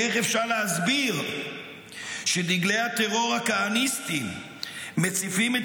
איך אפשר להסביר שדגלי הטרור הכהניסטיים מציפים את